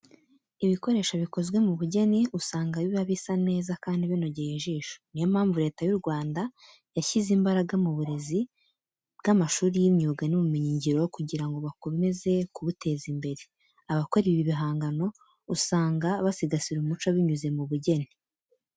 Ibikoresho bikozwe mu bugeni usanga biba bisa neza kandi binogeye ijisho. Niyo mpamvu Leta y'u Rwanda yashyize imbaraga mu burezi bw'amashuri y'imyuga n'ubumenyingiro kugira ngo bakomeze kubuteza imbere. Abakora ibi bihangano, usanga basigasira umuco binyuze mu bugeni.